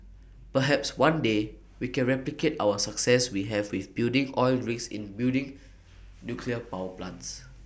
perhaps one day we can replicate our success we have with building oil rigs in building nuclear power plants